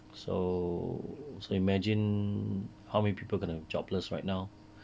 so so imagine how many people gonna jobless right now